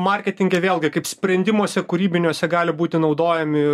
marketinge vėlgi kaip sprendimuose kūrybiniuose gali būti naudojami